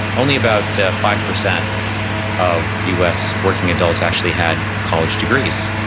only about five percent of us working adults actually had college degrees.